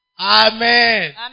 Amen